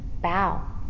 bow